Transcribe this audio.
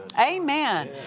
Amen